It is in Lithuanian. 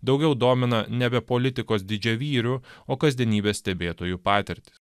daugiau domina nebe politikos didžiavyrių o kasdienybės stebėtojų patirtys